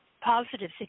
positive